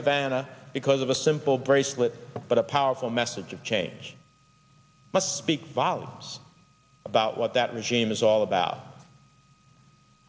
havana because of a simple bracelet but a powerful message of change must speak volumes about what that machine is all about